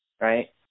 right